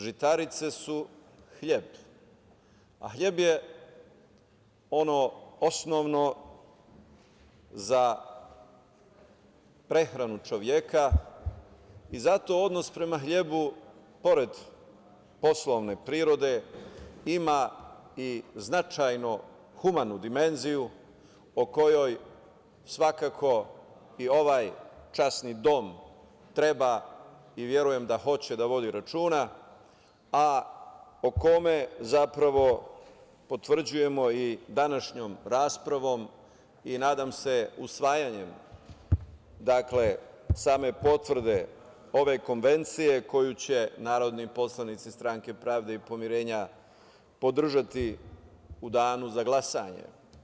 Žitarice su hleb, a hleb je ono osnovno za prehranu čoveka i zato odnos prema hlebu pored poslovne prirode ima i značajno humanu dimenziju o kojoj svakako i ovaj časni dom treba i verujem da hoće da vodi računa, a o kome zapravo potvrđujemo i današnjom raspravom i nadam se usvajanjem, same potvrde ove konvencije koju će narodni poslanici Stranke pravde i pomirenja podržati u danu za glasanje.